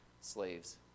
slaves